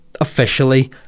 officially